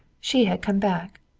she had come back.